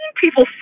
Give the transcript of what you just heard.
people